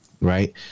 right